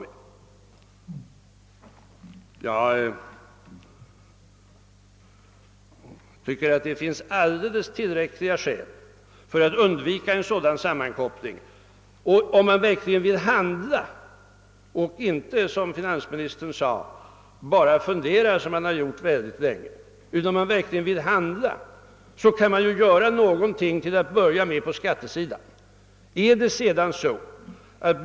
Jag tycker verkligen att det finns skäl att undvika en sådan sammankoppling. Om man vill handla och inte, som finansministern sade, bara fundera — vilket han gjort mycket länge — kan man till att börja med göra något åt skatteproblemet.